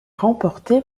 remportée